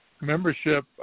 membership